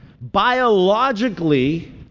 biologically